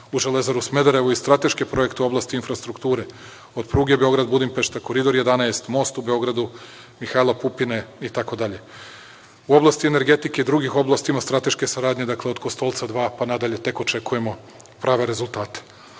u „Železaru Smederevo“ i strateške projekte u oblasti infrastrukture, od pruge Beograd-Budimpešta, Koridor 11, most u Beograd „Mihajlo Pupin“ itd, u oblasti energetike i drugim oblastima strateške saradnje, od Kostolca 2 pa nadalje i tek očekujemo prave rezultate. Naše